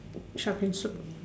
shark fin soup